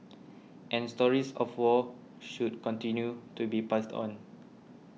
and stories of the war should continue to be passed on